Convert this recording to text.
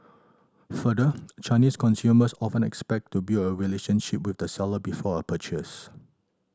further Chinese consumers often expect to build a relationship with the seller before a purchase